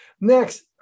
Next